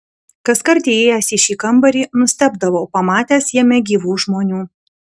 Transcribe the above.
kaskart įėjęs į šį kambarį nustebdavau pamatęs jame gyvų žmonių